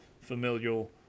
familial